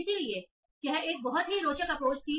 इसलिए यह एक बहुत ही रोचक अप्रोच थी